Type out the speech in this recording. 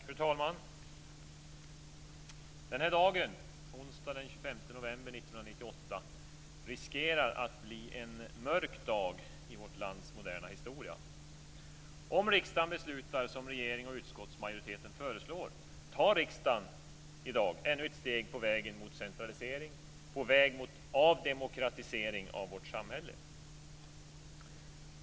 Fru talman! Denna dag, onsdagen den 25 november 1998, riskerar att bli en mörk dag i vårt lands moderna historia. Om riksdagen beslutar som regeringen och utskottsmajoriteten föreslår tar riksdagen i dag ännu ett steg på vägen mot centralisering och avdemokratisering av vårt samhälle.